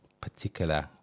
particular